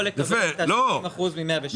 או לקבל את ה-30% מ-107,